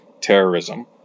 terrorism